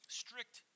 strict